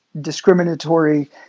discriminatory